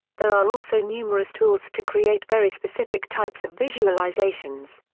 there are also numerous tools to create very specific types of visualizations.